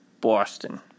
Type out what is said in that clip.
Boston